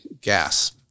gas